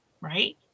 right